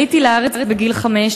עליתי לארץ בגיל חמש,